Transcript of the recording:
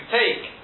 take